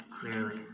clearly